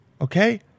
Okay